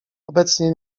obecnie